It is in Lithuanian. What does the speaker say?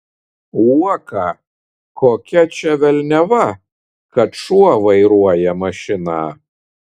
uoką kokia čia velniava kad šuo vairuoja mašiną